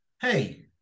Hey